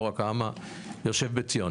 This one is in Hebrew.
לא רק העם היושב בציון.